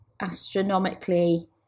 astronomically